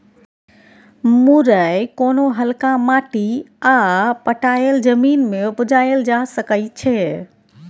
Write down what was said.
मुरय कोनो हल्का माटि आ पटाएल जमीन मे उपजाएल जा सकै छै